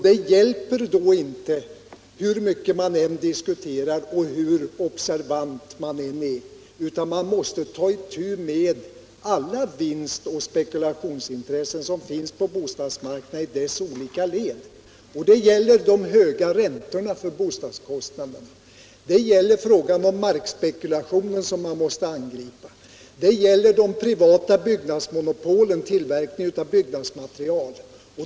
Det hjälper då inte hur mycket man än diskuterar och hur observant man än är, utan man måste ta itu med alla vinstoch spekulationsintressen som finns på bostadsmarknaden i dess olika led. Det gäller de höga räntorna på bostadskostnaderna. Det gäller frågan om markspekulationen, som man måste angripa. Det gäller de privata monopolen inom tillverkning av byggnadsmaterial.